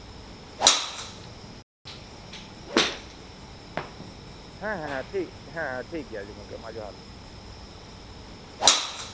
ᱦᱮᱸ ᱦᱮᱸ ᱦᱮᱸ ᱴᱷᱤᱠ ᱦᱮᱸ ᱴᱷᱤᱠᱜᱮᱭᱟ ᱜᱚᱝᱠᱮ ᱢᱟ ᱡᱚᱦᱟᱨ ᱜᱮ